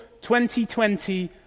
2020